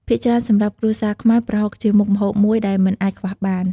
ភាគច្រើនសម្រាប់គ្រួសារខ្មែរ ប្រហុកជាមុខម្ហូបមួយដែលមិនអាចខ្វះបាន។